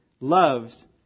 loves